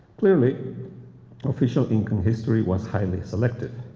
clearly official incan history was highly selective.